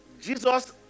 Jesus